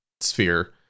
sphere